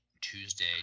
tuesday